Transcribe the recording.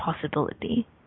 possibility